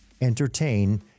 entertain